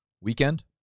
weekend